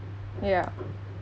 ya